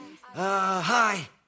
hi